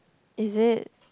is it